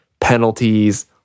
penalties